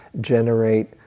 generate